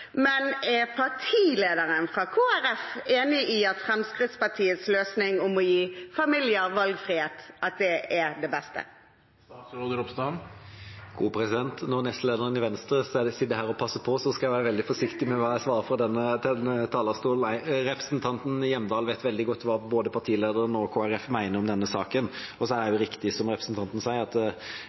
men er partilederen fra Kristelig Folkeparti enig i at Fremskrittspartiets løsning for å gi familier valgfrihet er det beste? Jeg ser at nestlederen i Venstre sitter her og passer på, så jeg skal være veldig forsiktig med hva jeg svarer fra denne talerstolen! Nei – representanten Hjemdal vet veldig godt hva både partilederen og Kristelig Folkeparti mener om denne saken. Så er det riktig, som representanten sier, at